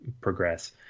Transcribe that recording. progress